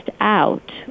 out